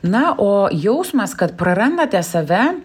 na o jausmas kad prarandate save